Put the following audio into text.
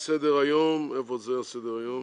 על סדר-היום: